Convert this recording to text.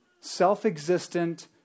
self-existent